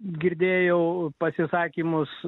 girdėjau pasisakymus